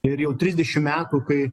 ir jau trisdešim metų kai